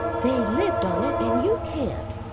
they lived on it and you can't.